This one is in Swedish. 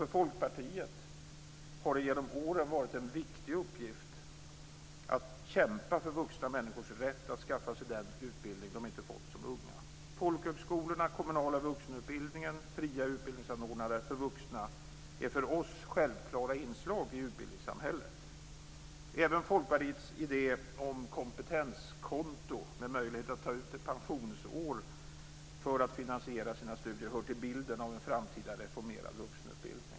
För Folkpartiet har det genom åren varit en viktig uppgift att kämpa för vuxna människors rätt att skaffa sig den utbildning de inte fått som unga. Folkhögskolorna, den kommunala vuxenutbildningen och fria utbildningsanordnare för vuxna är för oss självklara inslag i utbildningssamhället. Även Folkpartiets idé om kompetenskonto med möjlighet att ta ut ett pensionsår för att finansiera sina studier hör till bilden av en framtida reformerad vuxenutbildning.